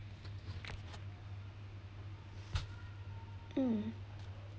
mm